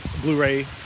blu-ray